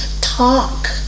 Talk